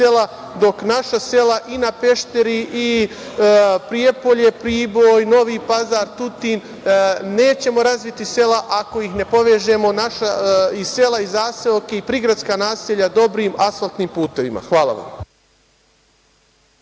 dok naša sela i na Pešteru (Prijepolje, Priboj, Novi Pazar, Tutin) nećemo razviti sela, ako ne povežemo naša sela, zaseoke, prigradska naselja dobrim asfaltnim putevima. Hvala vam.